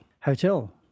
hotel